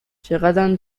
چقدم